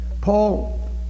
Paul